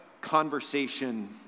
conversation